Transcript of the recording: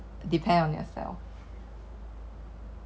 but you also need to go outside to buy things [what]